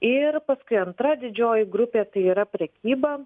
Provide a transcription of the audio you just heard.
ir paskui antra didžioji grupė tai yra prekyba